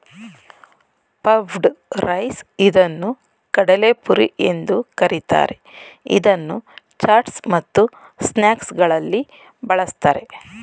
puffed rice ಇದನ್ನು ಕಡಲೆಪುರಿ ಎಂದು ಕರಿತಾರೆ, ಇದನ್ನು ಚಾಟ್ಸ್ ಮತ್ತು ಸ್ನಾಕ್ಸಗಳಲ್ಲಿ ಬಳ್ಸತ್ತರೆ